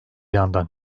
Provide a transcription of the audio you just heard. yandan